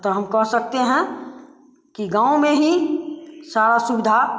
तो हम कह सकते हैं कि गाँव में ही सारा सुविधा